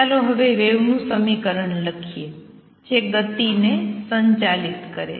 ચાલો હવે વેવનું સમીકરણ લખીએ જે ગતિને સંચાલિત કરે છે